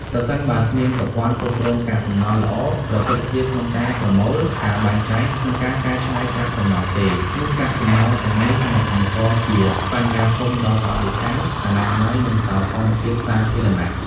ប្រសិនបើគ្មានប្រព័ន្ធគ្រប់គ្រងកាកសំណល់ល្អ ប្រសិទ្ធភាពក្នុងការប្រមូល ការបែងចែក និងការកែច្នៃកាកសំណល់ទេ នោះកាកសំណល់ទាំងនេះនឹងបង្កជា បញ្ហាធំ ដល់បរិស្ថាន អនាម័យ និងសោភ័ណភាពសាធារណៈ។